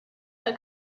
her